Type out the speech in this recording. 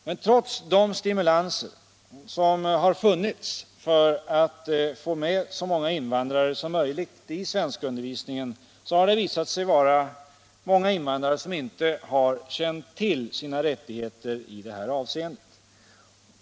Men trots de stimulanser som har funnits för att få med så många invandrare som möjligt i svenskundervisningen har det visat sig att många invandrare inte känt till sina rättigheter i det här avseendet.